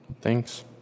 Thanks